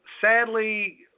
Sadly